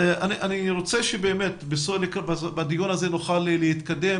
אני רוצה שבדיון הזה נוכל להתקדם,